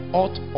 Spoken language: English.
ought